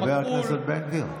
חבר הכנסת בן גביר.